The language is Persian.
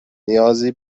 نیازی